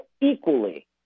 equally